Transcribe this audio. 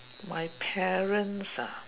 my parents ah